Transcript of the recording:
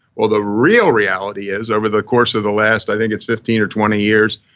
well the real reality is over the course of the last, i think it's fifteen or twenty years,